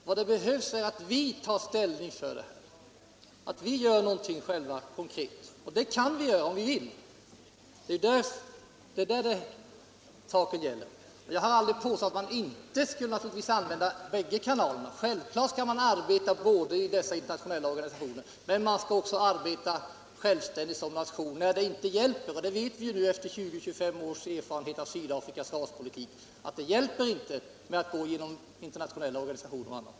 Vad som behövs är att vi tar ställning, att vi själva gör någonting konkret. Och det kan vi göra om vi vill. Det är detta saken gäller. Jag har aldrig påstått att vi inte skulle använda båda kanalerna — självfallet skall vi arbeta inom de internationella organisationerna men också självständigt som nation när vi ser att sanktionerna genom de internationella organisationerna inte hjälper. Och efter 20-25 års erfarenhet av Sydafrikas raspolitik vet vi nu att det inte hjälper att gå genom de internationella organisationerna.